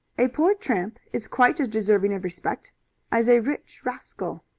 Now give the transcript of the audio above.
a poor tramp is quite as deserving of respect as a rich rascal.